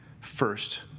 first